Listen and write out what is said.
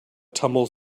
tumbles